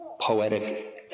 poetic